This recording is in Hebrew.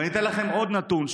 ואתן לכם עוד נתון,